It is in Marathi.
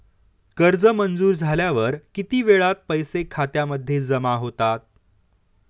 कर्ज मंजूर झाल्यावर किती वेळात पैसे खात्यामध्ये जमा होतात?